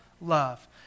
love